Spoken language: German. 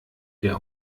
der